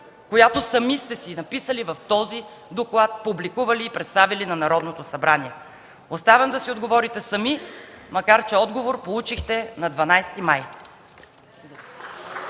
която сами сте си записали в този доклад, публикували и представили на Народното събрание? Оставям да си отговорите сами, макар че отговор получихте на 12 май